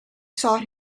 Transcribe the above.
sought